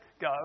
go